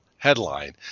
headline